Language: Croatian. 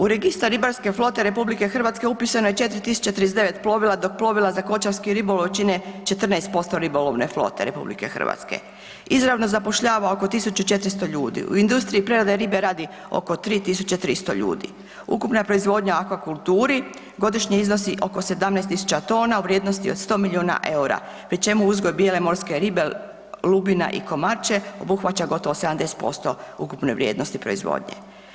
U Registar ribarske flote RH upisano je 4039 plovila dok plovila za kočarski ribolov čine 14% ribolovne flote RH. izravno zapošljava oko 1400 ljudi u industriji prerade ribe radi oko 3300, ukupna proizvodnja u akvakulturi godišnje iznosi oko 17.000 tona u vrijednosti od 100 milijuna eura pri čemu uzgoj bijele morske ribe lubina i komarče obuhvaća gotovo 70% ukupne vrijednosti proizvodnje.